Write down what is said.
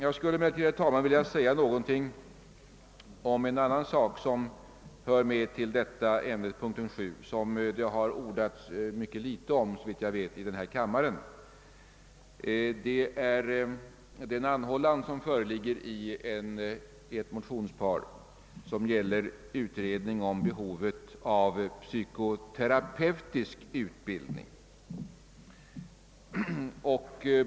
Jag skulle emellertid, herr talman, också vilja säga något om en annan fråga som hör till förevarande punkt men som det, såvitt jag vet, har ordats mycket litet om i denna kammare. Det gäller det yrkande som framställes i ett motionspar om utredning rörande behovet av psykoterapeutisk utbildning.